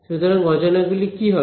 সুতরাং অজানা গুলি কি হবে